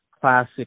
classic